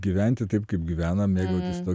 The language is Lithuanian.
gyventi taip kaip gyvenam